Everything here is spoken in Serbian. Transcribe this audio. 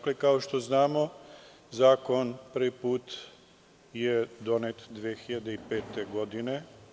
Kao što znamo, Zakon je prvi put donet 2005. godine.